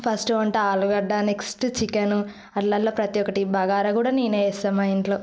first వంట ఆలు గడ్డ నెక్స్ట్ చికెన్ అందులల్లా ప్రతిఒక్కటి బగారా కూడ నేనే చేస్తా మా ఇంట్లో